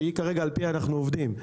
שכרגע על פיה אנחנו עובדים,